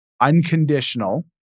Unconditional